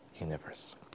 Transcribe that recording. universe